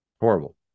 Horrible